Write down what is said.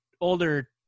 older